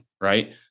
right